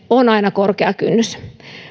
on aina korkea kynnys